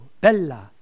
bella